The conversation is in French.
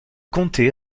comté